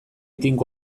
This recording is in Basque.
tinko